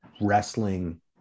wrestling